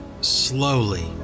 slowly